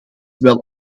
wel